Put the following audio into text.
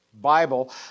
Bible